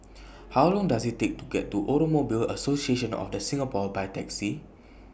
How Long Does IT Take to get to Automobile Association of The Singapore By Taxi